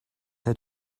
had